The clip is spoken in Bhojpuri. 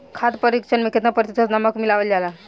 खाद्य परिक्षण में केतना प्रतिशत नमक मिलावल जाला?